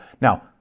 Now